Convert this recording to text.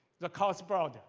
the cross broadband.